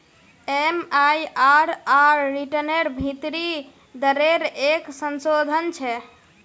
MIRR रिटर्नेर भीतरी दरेर एक संशोधन छे